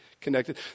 connected